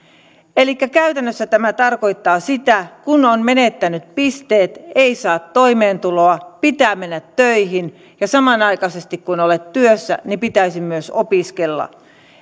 elikkä käytännössä tämä tarkoittaa sitä että kun on menettänyt pisteet ei saa toimeentuloa pitää mennä töihin ja samanaikaisesti kun olet työssä niin pitäisi myös opiskella